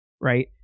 right